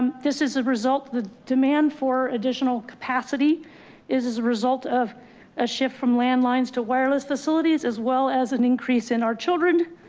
this is a result of the demand for additional capacity is as a result of a shift from landlines to wireless facilities, as well as an increase in our children,